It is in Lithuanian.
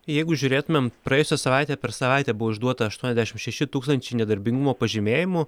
jeigu žiūrėtumėm praėjusią savaitę per savaitę buvo išduota aštuoniasdešimt šeši tūkstančiai nedarbingumo pažymėjimų